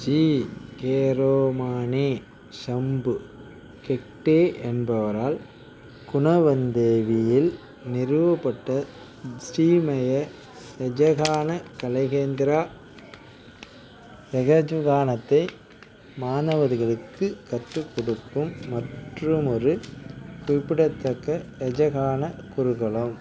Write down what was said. ஸ்ரீ கேரோமானே ஷம்பு ஹெக்டே என்பவரால் குணவந்தேவியில் நிறுவப்பட்ட ஸ்ரீமய யக்ஷகான கலகேந்திரா யக்ஷகானத்தை மாணவர்களுக்குக் கற்றுக்கொடுக்கும் மற்றும் ஒரு குறிப்பிடத்தக்க யக்ஷகான குருகுலம்